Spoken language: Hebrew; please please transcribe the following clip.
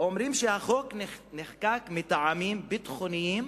אומרים שהחוק נחקק מטעמים ביטחוניים